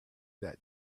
that